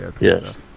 yes